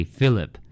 Philip